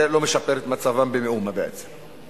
זה לא משפר את מצבם במאומה, בעצם.